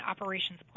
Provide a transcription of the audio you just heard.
operations